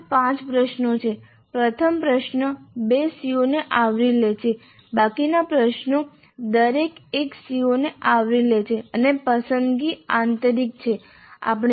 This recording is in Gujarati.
કુલ પાંચ પ્રશ્નો છે પ્રથમ પ્રશ્ન બે CO ને આવરી લે છે બાકીના પ્રશ્નો દરેક એક CO ને આવરી લે છે અને પસંદગી આંતરિક છે